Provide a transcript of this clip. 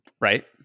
Right